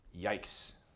Yikes